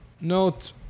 Note